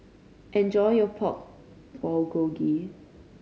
enjoy your Pork Bulgogi